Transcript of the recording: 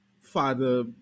father